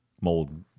mold